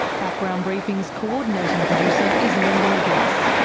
background briefing's coordinating producer is linda mcginness,